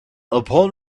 upon